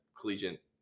collegiate